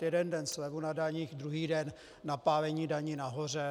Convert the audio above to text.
Jeden den slevu na daních, druhý den napálení daní nahoře.